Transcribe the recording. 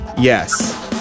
yes